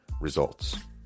results